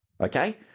okay